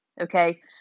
okay